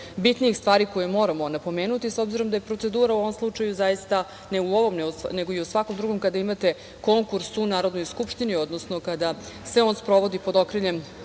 bitnijih stvari koje moramo napomenuti, s obzirom da je procedura u ovom slučaju, ne u ovom, nego i u svakom drugom kada imate konkurs u Narodnoj skupštini, odnosno kada se on sprovodi pod okriljem